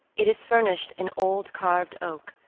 it is furnished in old carved oak,